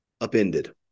upended